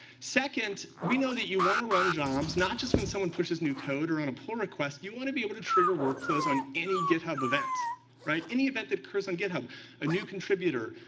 second, we know that you want to run jobs, not just when someone pushes new code or on a pull request you want to be able to trigger workflows on any github event any event that occurs on github a new contributor,